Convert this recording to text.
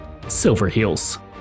Silverheels